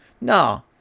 No